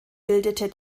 bildete